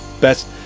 best